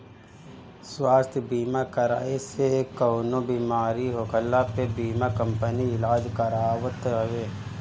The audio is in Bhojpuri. स्वास्थ्य बीमा कराए से कवनो बेमारी होखला पे बीमा कंपनी इलाज करावत हवे